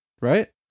Right